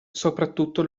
soprattutto